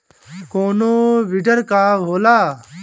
कोनो बिडर का होला?